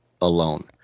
alone